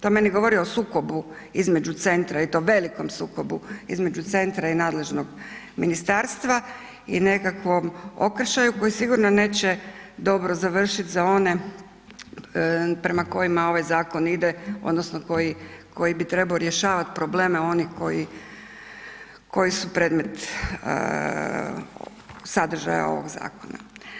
To meni govori o sukobu između centra i to velikom sukobu između centra i nadležnog ministarstva i nekakvom okršaju koji sigurno neće dobro završiti za one prema kojima ovaj zakon ide odnosno koji bi trebao rješavati probleme onih koji, koji su predmet sadržaja ovog zakona.